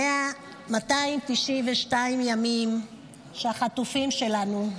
292 ימים שהחטופים שלנו,